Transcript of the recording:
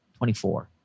24